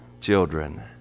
children